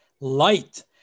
light